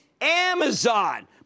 Amazon